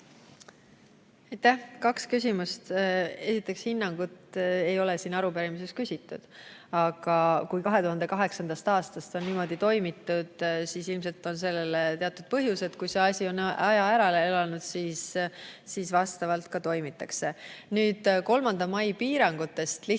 Aitäh! Kaks küsimust. Esiteks, hinnangut ei ole siin arupärimises küsitud, aga kui 2008. aastast on niimoodi toimitud, siis ilmselt on sellel teatud põhjus. Kui see asi on aja ära elanud, siis vastavalt ka toimitakse. Nüüd 3. mai piirangutest. Lihtsalt